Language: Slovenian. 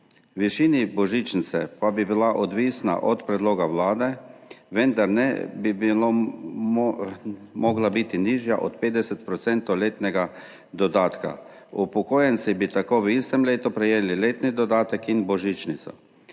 Višina božičnice pa bi bila odvisna od predloga Vlade, vendar ne bi mogla biti nižja od 50 % letnega dodatka. Upokojenci bi tako v istem letu prejeli letni dodatek in božičnico.